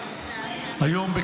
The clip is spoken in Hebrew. היום,